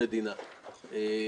תשע"ט,